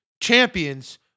champions